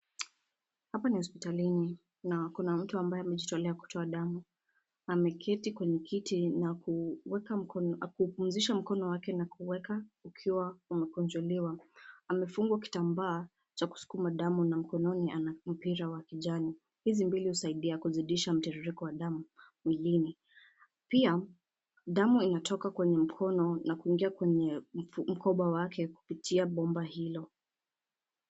Hapa ni hospitalini na kuna mtu ambaye amejitolea kutoa damu. Ameketi kwenye kiti na kuweka mkono, amepumzisha mkono wake na kuuweka ukiwa umekunjuliwa. Amefungwa kitambaa cha kusukuma damu na mkononi ana mpira wa kijani. Hizi mbinu husaidia kuzidisha mtiririko wa damu mwilini. Pia damu inatoka kwenye mkono na kuingia kwenye mkoba wake kupitia bomba hilo.